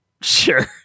Sure